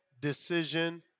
decision